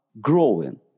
growing